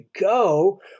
go